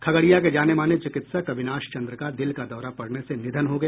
खगड़िया के जाने माने चिकित्सक अविनाश चंद्र का दिल का दौरा पड़ने से निधन हो गया